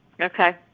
Okay